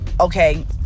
okay